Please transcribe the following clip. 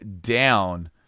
down